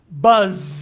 buzz